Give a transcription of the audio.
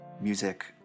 music